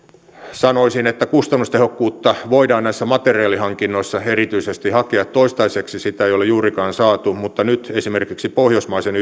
sanoisin että kustannustehokkuutta voidaan näissä materiaalihankinnoissa erityisesti hakea toistaiseksi sitä ei ole juurikaan saatu mutta nyt esimerkiksi pohjoismaisen